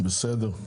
בסדר,